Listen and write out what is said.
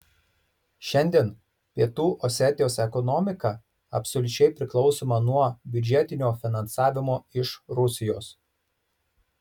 šiandien pietų osetijos ekonomika absoliučiai priklausoma nuo biudžetinio finansavimo iš rusijos